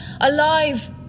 alive